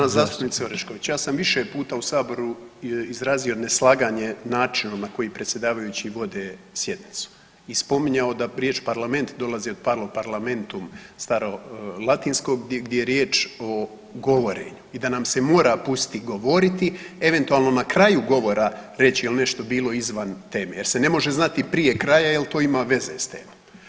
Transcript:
Poštovana zastupnice Orešković, ja sam više puta u saboru izrazio neslaganje načinom na koji predsjedavajući vode sjednicu i spominjao da riječ parlament dolazi od parlo parlamentum starolatinskog gdje je riječ o govorenju i da nam se mora pustiti govoriti eventualno na kraju govora reći jel nešto bilo izvan teme jer se ne može znati prije kraja jel to ima veze s temom.